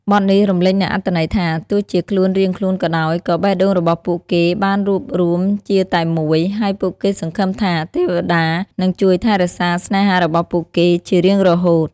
បទនេះរំលេចនូវអត្ថន័យថា ទោះជាខ្លួនរៀងខ្លួនក៏ដោយ ក៏បេះដូងរបស់ពួកគេបានរួបរួមជាតែមួយ ហើយពួកគេសង្ឃឹមថា ទេវតានឹងជួយថែរក្សាស្នេហារបស់ពួកគេជារៀងរហូត។